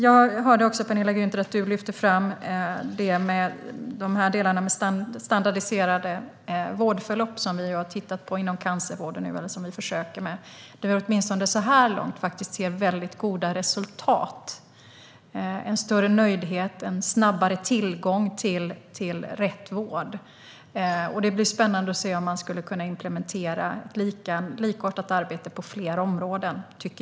Jag hörde att Penilla Gunther lyfte fram delarna om standardiserade vårdförlopp, som vi har tittat på inom cancervården och som vi försöker med. Åtminstone så här långt ser vi goda resultat av detta med en större nöjdhet och en snabbare tillgång till rätt vård. Det blir spännande att se om man skulle kunna implementera ett likartat arbete på fler områden.